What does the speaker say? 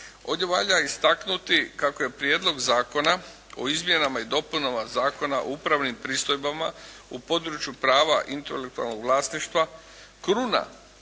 Ovdje valja istaknuti kako je Prijedlog zakona o izmjenama i dopunama Zakona o upravnim pristojbama u području prava intelektualnog vlasništva kruna